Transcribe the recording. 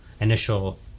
initial